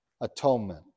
atonement